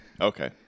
Okay